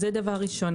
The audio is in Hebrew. זה דבר ראשון.